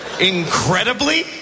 Incredibly